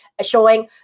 showing